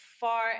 far